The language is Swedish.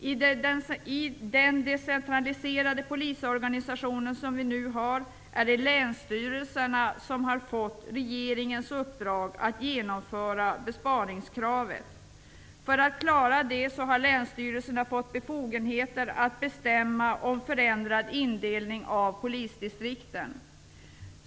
I den decentraliserade polisorganisation som vi nu har är det länsstyrelserna som har fått regeringens uppdrag att genomföra besparingskravet. För att klara detta har länsstyrelserna fått befogenhet att bestämma om förändrad indelning av polisdistrikten.